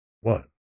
one